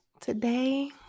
today